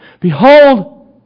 Behold